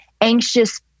anxious